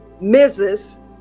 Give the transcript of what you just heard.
Mrs